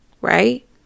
right